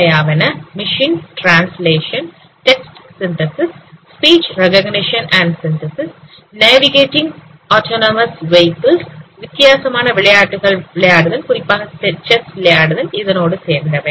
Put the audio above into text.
அவையாவன machine translation text synthesis speech recognition and synthesis navigating autonomous vehicles வித்தியாசமான விளையாட்டுகள் விளையாடுதல் குறிப்பாக செஸ் விளையாடுதல் இதனோடு சேர்ந்தவை